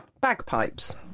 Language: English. Bagpipes